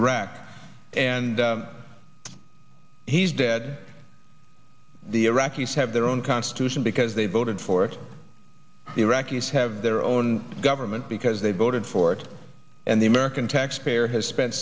iraq and he's dead the iraqis have their own constitution because they voted for it the iraqis have their own government because they voted for it and the american taxpayer has spent